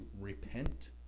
repent